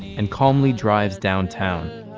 and calmly drives downtown,